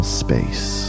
space